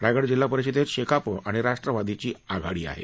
रायगड जिल्हा परिषदेत शेकाप आणि राष्ट्रवादीची आघाडी आहे